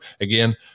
again